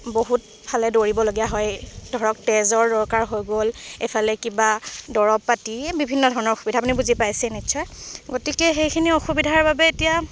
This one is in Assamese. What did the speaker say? বহুত ফালে দৌৰিবলগীয়া হয় ধৰক তেজৰ দৰকাৰ হৈ গ'ল এইফালে কিবা দৰব পাতি এই বিভিন্ন ধৰণৰ অসুবিধা আপুনি বুজি পাইছেই নিশ্চয় গতিকে সেইখিনি অসুবিধাৰ বাবে এতিয়া